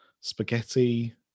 spaghetti